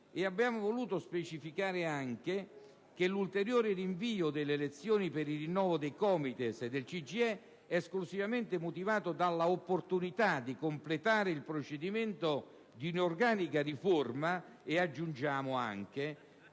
abbiamo anche voluto specificare che «l'ulteriore rinvio delle elezioni per il rinnovo dei COMITES e del CGIE è esclusivamente motivato dalla opportunità di completare il procedimento di organica riforma della legislazione